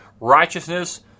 righteousness